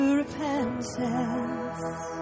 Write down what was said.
repentance